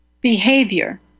behavior